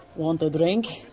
want a drink?